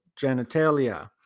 genitalia